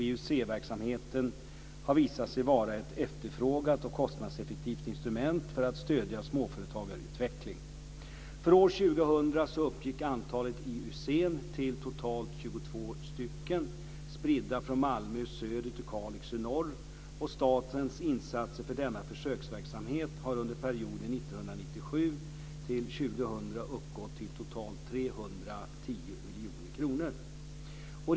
IUC-verksamheten har visat sig vara ett efterfrågat och kostnadseffektivt instrument för att stödja småföretagsutveckling. För år 2000 Malmö i söder till Kalix i norr. Statens insatser för denna försöksverksamhet har under perioden 1997 2000 uppgått till totalt 310 miljoner kronor.